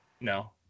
no